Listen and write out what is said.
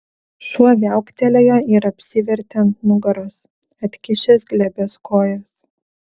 šuo viauktelėjo ir apsivertė ant nugaros atkišęs glebias kojas